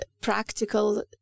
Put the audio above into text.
practical